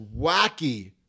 wacky